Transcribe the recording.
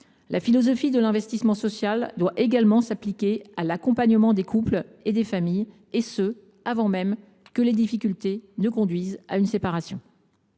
La philosophie de l’investissement social doit également s’appliquer à l’accompagnement des couples et des familles, et cela avant même que les difficultés ne conduisent à une séparation.